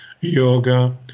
yoga